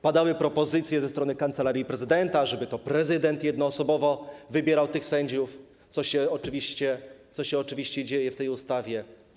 Padały propozycje ze strony Kancelarii Prezydenta, żeby to prezydent jednoosobowo wybierał tych sędziów, co się oczywiście dzieje w tej ustawie.